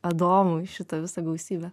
adomui šitą visą gausybę